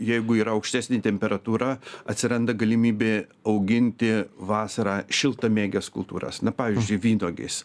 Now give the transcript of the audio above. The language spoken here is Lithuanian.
jeigu yra aukštesnė temperatūra atsiranda galimybė auginti vasarą šiltamėgęs kultūras na pavyzdžiui vynuogės